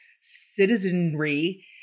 citizenry